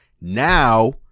Now